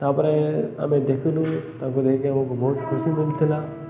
ତାପରେ ଆମେ ଦେଖିଲୁ ତାଙ୍କୁ ଦେଖି ଆମକୁ ବହୁତ ଖୁସି ମଳିୁଥିଲା